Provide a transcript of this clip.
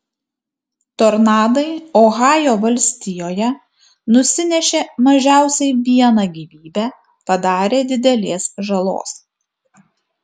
tornadai ohajo valstijoje nusinešė mažiausiai vieną gyvybę padarė didelės žalos